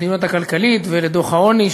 למדיניות הכלכלית ולדוח העוני,